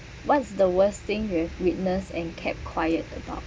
what's the worst thing you've witness and kept quiet about